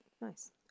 Nice